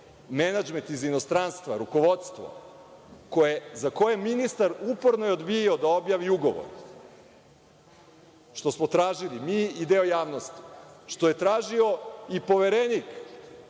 menadžment iz inostranstva, rukovodstvo za koje ministar je uporno odbijao da objavi ugovor, što smo tražili mi i deo javnosti, što je tražio i Poverenik,